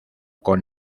con